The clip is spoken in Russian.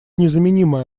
незаменимой